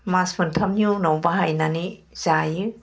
मास मोनथामनि उनाव बाहायनानै जायो